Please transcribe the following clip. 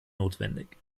notwendig